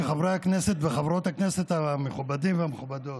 חברי הכנסת וחברות הכנסת המכובדים והמכובדות,